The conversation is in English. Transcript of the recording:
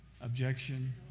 Objection